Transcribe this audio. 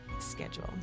schedule